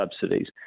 subsidies